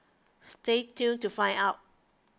stay tuned to find out